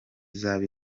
izaba